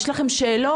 יש לכם שאלות,